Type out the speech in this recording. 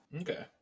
Okay